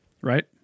Right